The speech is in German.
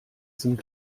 sind